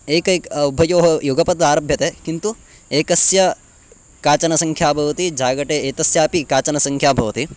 एकैकः उभयोः युगपद् आरभ्यते किन्तु एकस्य काचन संख्या भवति जागटे एतस्यापि काचन संख्या भवति